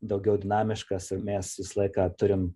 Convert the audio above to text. daugiau dinamiškas ir mes visą laiką turim